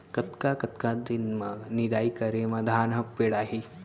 कतका कतका दिन म निदाई करे म धान ह पेड़ाही?